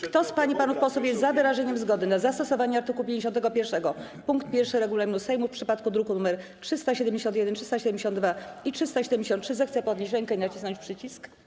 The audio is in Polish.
Kto z pań i panów posłów jest za wyrażeniem zgody na zastosowanie art. 51 pkt 1 regulaminu Sejmu w przypadku druków nr 371, 372 i 373, zechce podnieść rękę i nacisnąć przycisk.